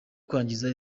kwangiza